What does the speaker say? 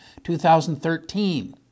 2013